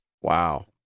Wow